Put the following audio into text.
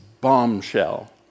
bombshell